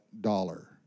dollar